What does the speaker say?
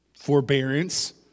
forbearance